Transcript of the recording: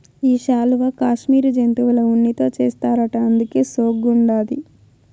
ఈ శాలువా కాశ్మీరు జంతువుల ఉన్నితో చేస్తారట అందుకే సోగ్గుండాది